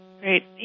Great